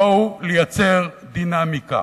בואו לייצר דינמיקה,